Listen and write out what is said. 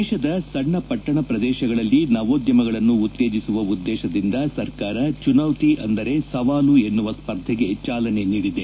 ದೇಶದ ಸಣ್ಣ ಪಟ್ಟಣ ಪ್ರದೇಶಗಳಲ್ಲಿ ನವೋದ್ಯಮಗಳನ್ನು ಉತ್ತೇಜಿಸುವ ಉದ್ದೇಶದಿಂದ ಸರಕಾರ ಚುನೌತಿ ಅಂದರೆ ಸವಾಲು ಎನ್ನುವ ಸ್ಪರ್ಧೆಗೆ ಚಾಲನೆ ನೀಡಿದೆ